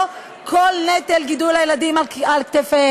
הממשלה תעודד קיום פעולות להנחלת מורשת ניצחון בעלות הברית,